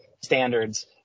standards